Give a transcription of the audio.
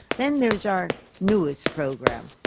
then there's our newest program,